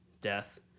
Death